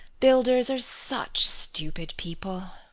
builders are such stupid people.